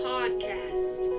Podcast